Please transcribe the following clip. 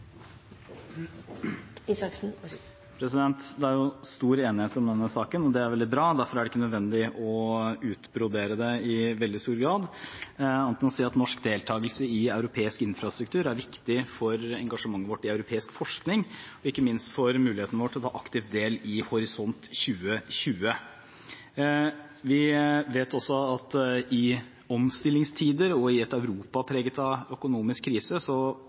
Det er stor enighet om denne saken, og det er veldig bra. Derfor er det ikke nødvendig å utbrodere det i veldig stor grad, annet enn å si at norsk deltagelse i europeisk infrastruktur er viktig for engasjementet vårt i europeisk forskning, og ikke minst for vår mulighet til å ta aktivt del i Horisont 2020. Vi vet også at i omstillingstider og i et Europa preget av økonomisk krise prioriteres forskningsinfrastruktur allikevel, både på nasjonalt og europeisk nivå. Så